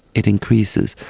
it increases,